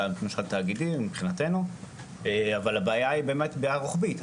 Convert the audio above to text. אבל הבעיה היא באמת בעיה רוחבית.